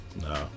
No